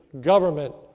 government